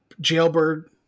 jailbird